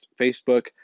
Facebook